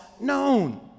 known